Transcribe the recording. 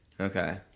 Okay